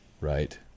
right